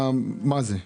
מה זה?